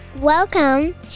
Welcome